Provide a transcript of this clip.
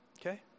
Okay